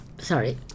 Sorry